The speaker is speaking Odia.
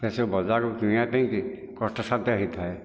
ଏସବୁ ବଜାରରୁ କିଣିବା ପାଇଁକି କଷ୍ଟସାଧ୍ୟ ହୋଇଥାଏ